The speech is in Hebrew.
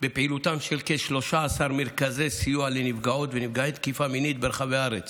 בפעילותם של 13 מרכזי סיוע לנפגעות ונפגעי תקיפה מינית ברחבי הארץ